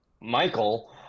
Michael